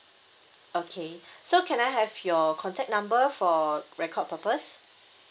okay so can I have your contact number for record purpose